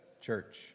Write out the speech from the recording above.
church